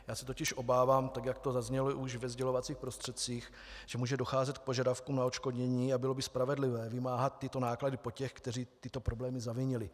Obávám se totiž, jak to zaznělo už ve sdělovacích prostředcích, že může docházet k požadavkům na odškodnění, a bylo by spravedlivé vymáhat tyto náklady po těch, kteří tyto problémy zavinili.